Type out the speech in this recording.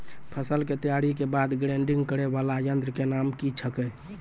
फसल के तैयारी के बाद ग्रेडिंग करै वाला यंत्र के नाम की छेकै?